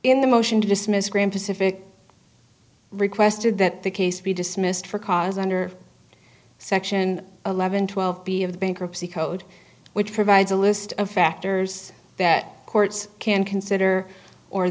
in the motion to dismiss graham pacific requested that the case be dismissed for cause under section eleven twelve b of the bankruptcy code which provides a list of factors that courts can consider or